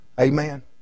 Amen